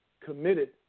committed